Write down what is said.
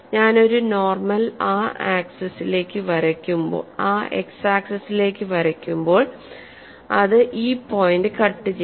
ഞാൻ ഒരു നോർമൽ ആ x ആക്സിസിലേക്ക് വരക്കുമ്പോൾ അത് ഈ പോയിന്റ് കട്ട് ചെയ്യും